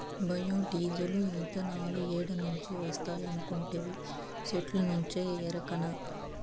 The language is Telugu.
బయో డీజిలు, ఇతనాలు ఏడ నుంచి వస్తాయనుకొంటివి, సెట్టుల్నుంచే ఎరకనా